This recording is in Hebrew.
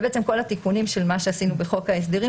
זה בעצם כל התיקונים של מה שעשינו בחוק ההסדרים,